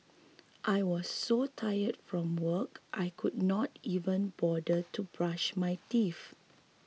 I was so tired from work I could not even bother to brush my teeth